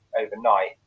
overnight